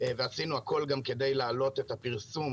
וגם עשינו הכול כדי להעלות את הפרסום